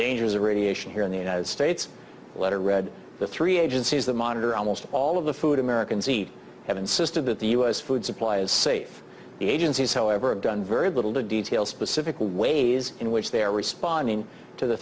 dangers of radiation here in the united states letter read the three agencies that monitor almost all of the food americans eat have insisted that the u s food supply is safe the agencies however have done very little to detail specifically ways in which they are responding to the